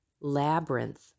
labyrinth